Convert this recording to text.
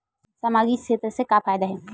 सामजिक क्षेत्र से का फ़ायदा हे?